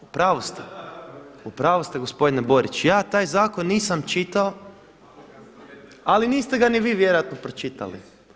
U pravu ste, u pravu ste gospodine Borić ja taj zakon nisam čitao ali niste ga ni vi vjerojatno pročitali.